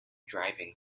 driving